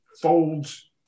folds